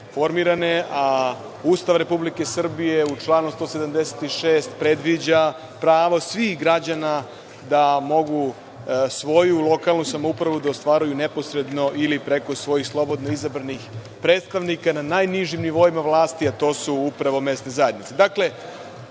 formirane, a Ustav Republike Srbije u članu 176. predviđa pravo svih građana da mogu svoju lokalnu samoupravu da ostvaruju neposredno ili preko svojih slobodno izabranih predstavnika na najnižim nivoima vlasti, a to su upravo mesne zajednice. Dakle,